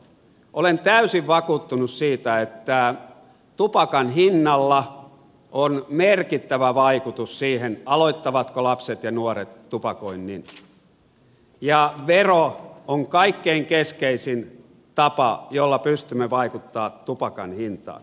olen täysin vakuuttunut siitä että tupakan hinnalla on merkittävä vaikutus siihen aloittavatko lapset ja nuoret tupakoinnin ja vero on kaikkein keskeisin tapa jolla pystymme vaikuttamaan tupakan hintaan